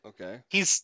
Okay